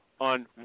on